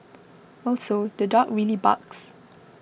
also the dog really barks